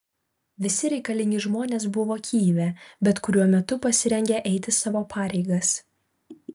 visi reikalingi žmonės buvo kijeve bet kuriuo metu pasirengę eiti savo pareigas